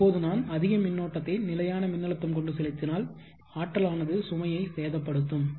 இப்போது நான் அதிக மின்னோட்டத்தை நிலையான மின்னழுத்தம் கொண்டு செலுத்தினால் ஆற்றல் ஆனது சுமையை சேதப்படுத்தும்